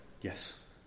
Yes